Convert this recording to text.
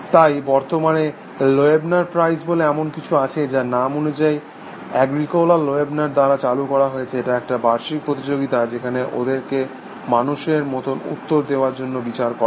তাই বর্তমানে Loebner prize বলে এমন কিছু আছে যা নাম অনুযায়ী এগ্রিকোলা লোয়েবনার দ্বারা চালু করা হয়েছে এটা একটা বার্ষিক প্রতিযোগীতা যেখানে ওদেরকে মানুষের মতন উত্তর দেওয়ার জন্য বিচার করা হয়